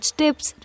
tips